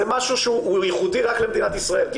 זה משהו שהוא ייחודי רק למדינת ישראל.